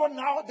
now